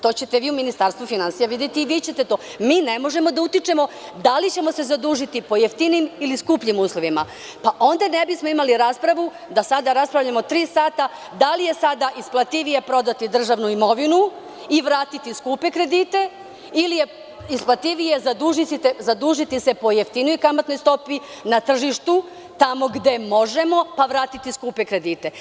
To ćete vi u Ministarstvu finansija videti, mi ne možemo da utičemo da li ćemo se zadužiti po jeftinijim ili skupljim uslovima, onda ne bismo imali raspravu da sada raspravljamo tri sata da li je sada isplativije prodati državnu imovinu i vratiti skupe kredite ili je isplativije zadužiti se po jeftinijoj kamatnoj stopi na tržištu tamo gde možemo, pa vratiti skupe kredite.